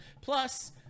Plus